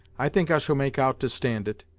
i think i shall make out to stand it,